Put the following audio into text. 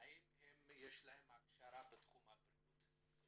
האם יש להם הכשרה בתחום הבריאות?